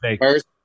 first